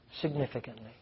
significantly